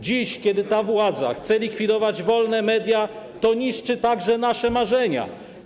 Dziś, kiedy ta władza chce likwidować wolne media, to niszczy także nasze marzenia.